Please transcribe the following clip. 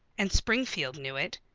and springfield knew it.